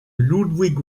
ludwig